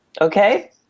okay